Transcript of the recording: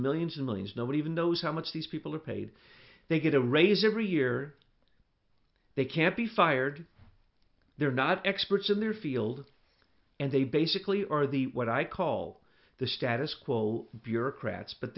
millions and millions nobody even knows how much these people are paid they get a raise every year they can't be fired they're not experts in their field and they basically are the what i call the status quo bureaucrats but